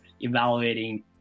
evaluating